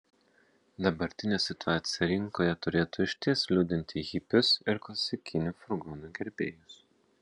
dabartinė situacija rinkoje turėtų išties liūdinti hipius ir klasikinių furgonų gerbėjus